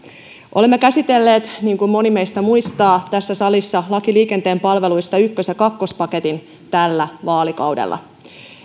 olemme käsitelleet niin kuin moni meistä muistaa tässä salissa lain liikenteen palveluista ykkös ja kakkospaketin tällä vaalikaudella